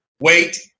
wait